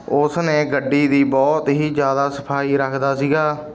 ਉਸ ਨੇ ਗੱਡੀ ਦੀ ਬਹੁਤ ਹੀ ਜ਼ਿਆਦਾ ਸਫ਼ਾਈ ਰੱਖਦਾ ਸੀਗਾ